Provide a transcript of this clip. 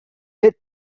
death